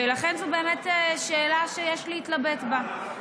ולכן זאת באמת שאלה שיש להתלבט בה.